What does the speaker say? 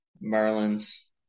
merlins